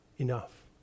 enough